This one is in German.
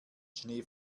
schnee